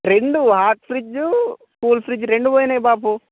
రెండు hot fridge cool fridge రెండూ పోయినాయి బాపు